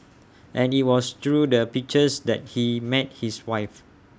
and IT was through the pictures that he met his wife